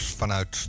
vanuit